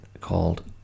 called